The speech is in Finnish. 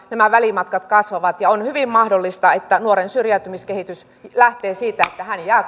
nämä välimatkat kasvavat ja on hyvin mahdollista että nuoren syrjäytymiskehitys lähtee siitä että hän jää